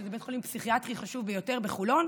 שזה בית חולים פסיכיאטרי חשוב ביותר בחולון,